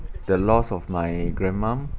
the loss of my grandmom